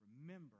Remember